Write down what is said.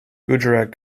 gujarat